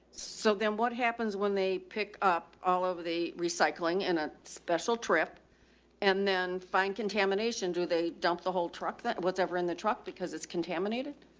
so then what happens when they pick up all over the recycling in a special trip and then find contamination? do they dump the whole truck? what's ever in the truck because it's contaminated?